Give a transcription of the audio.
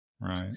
right